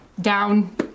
down